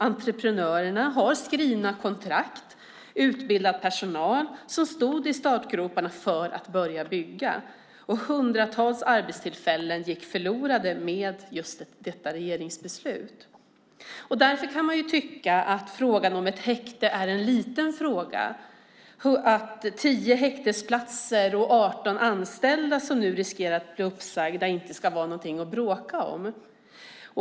Entreprenörerna har skrivna kontrakt och utbildad personal som stod i startgroparna för att börja bygga. Hundratals arbetstillfällen gick förlorade med just detta regeringsbeslut. Därför kan man tycka att frågan om ett häkte är en liten fråga, att 10 häktesplatser och 18 anställda som nu riskerar att bli uppsagda inte ska vara någonting att bråka om.